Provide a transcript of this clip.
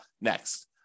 next